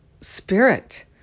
spirit